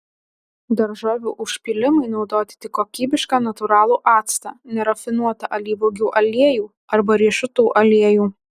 daržovių užpylimui naudoti tik kokybišką natūralų actą nerafinuotą alyvuogių arba riešutų aliejų